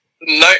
No